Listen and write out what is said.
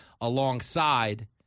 alongside